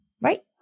right